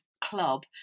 club